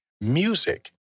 music